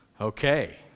Okay